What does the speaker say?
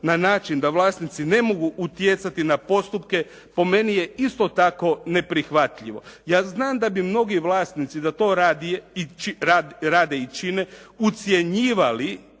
na način da vlasnici ne mogu utjecati na postupke po meni je isto tako neprihvatljive. Ja znam da bi mnogi vlasnici da to rade i čine ucjenjivali